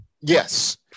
Yes